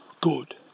Good